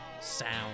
sound